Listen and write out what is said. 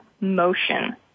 motion